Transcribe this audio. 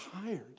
tired